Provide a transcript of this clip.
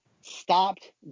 stopped